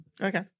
Okay